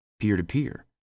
peer-to-peer